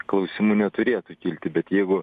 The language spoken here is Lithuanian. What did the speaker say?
klausimų neturėtų kilti bet jeigu